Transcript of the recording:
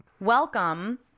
Welcome